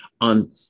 on